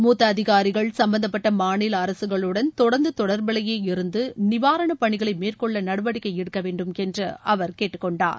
மூத்த அதிகாரிகள் சம்பந்தப்பட்ட மாநில அரசுகளுடன் தொடர்ந்து தொடர்பிலேயே இருந்து நிவாரண பணிகளை மேற்கொள்ள நடவடிக்கை எடுக்க வேண்டும் என்று அவர் கேட்டுக்கொண்டார்